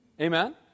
amen